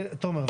תומר,